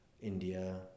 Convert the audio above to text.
India